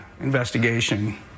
investigation